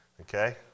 Okay